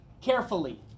carefully